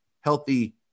healthy